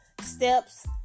steps